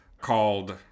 called